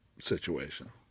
situation